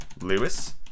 Lewis